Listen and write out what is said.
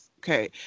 okay